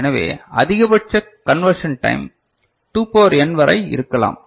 எனவே அதிகபட்ச conversion time 2 power n வரை இருக்கலாம்